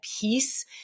peace